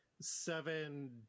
seven